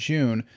June